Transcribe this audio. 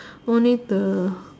only the